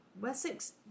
Wessex